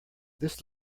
this